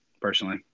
personally